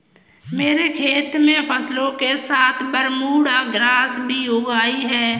मेरे खेत में फसलों के साथ बरमूडा ग्रास भी उग आई हैं